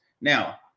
Now